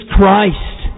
Christ